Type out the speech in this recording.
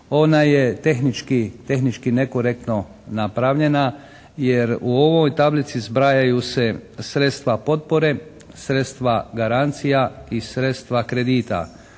ona je tehnički nekorektno napravljena jer u ovoj tablici zbrajaju se sredstva potpore, sredstva garancija i sredstva kredita.